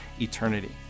eternity